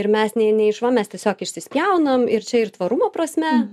ir mes nei nei iš va mes tiesiog išspjaunam ir čia ir tvarumo prasme